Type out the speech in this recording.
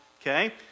okay